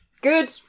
good